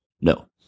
No